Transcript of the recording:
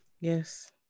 Yes